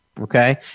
okay